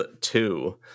two